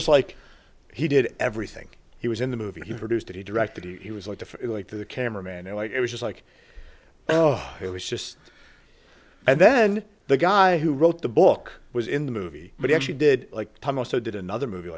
just like he did everything he was in the movie he produced it he directed he was like to the camera man oh it was just like oh it was just and then the guy who wrote the book was in the movie but he actually did like tom also did another movie